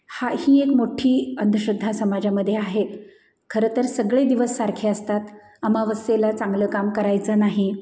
हा ही एक मोठी अंधश्रद्धा समाजामध्ये आहे खरंतर सगळे दिवस सारखे असतात अमावस्येला चांगलं काम करायचं नाही